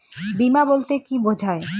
বিমা বলতে কি বোঝায়?